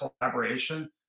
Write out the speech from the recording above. collaboration